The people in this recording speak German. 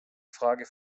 frage